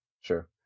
Sure